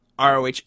ROH